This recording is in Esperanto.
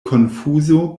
konfuzo